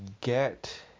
get